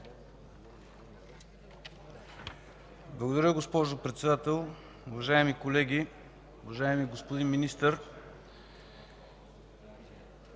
Благодаря, госпожо Председател. Уважаеми колеги, уважаеми господин Министър!